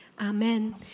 Amen